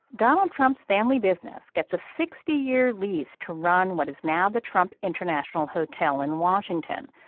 donald trump's family business gets a sixty year lease to run what is now the trump international hotel in washington.